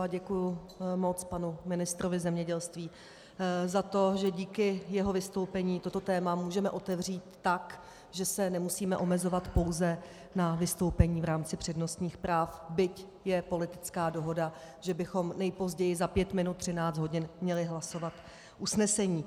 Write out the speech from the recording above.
A děkuji moc panu ministrovi zemědělství za to, že díky jeho vystoupení toto téma můžeme otevřít tak, že se nemusíme omezovat pouze na vystoupení v rámci přednostních práv, byť je politická dohoda, že bychom nejpozději za pět minut třináct hodin měli hlasovat usnesení.